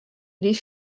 les